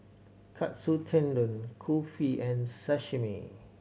Katsu Tendon Kulfi and Sashimi